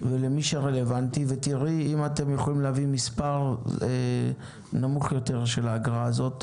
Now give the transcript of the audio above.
ולמי שרלוונטי ותראי אם אתם יכולים להביא מספר נמוך יותר של האגרה הזאת,